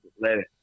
Later